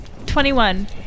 21